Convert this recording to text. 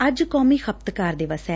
ਅੱਜ ਕੌਮੀ ਖਪਤਕਾਰ ਦਿਵਸ ਐ